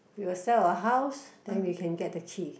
we will sell a house then we can get the key